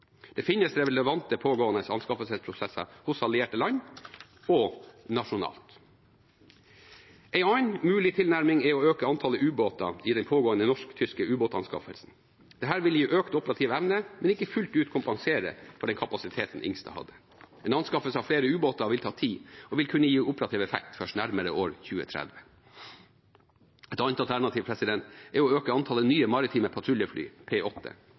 Det finnes relevante pågående anskaffelsesprosesser hos allierte land og nasjonalt. En annen mulig tilnærming er å øke antallet ubåter i den pågående norsk-tyske ubåtanskaffelsen. Dette vil gi økt operativ evne, men ikke fullt ut kompensere for den kapasiteten «Helge Ingstad» hadde. En anskaffelse av flere ubåter vil ta tid og vil kunne gi operativ effekt først nærmere år 2030. Et annet alternativ er å øke antallet nye maritime patruljefly,